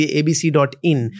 abc.in